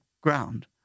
ground